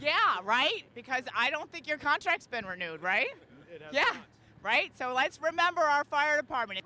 yeah right because i don't think your contracts been renewed right yeah right so let's remember our fire department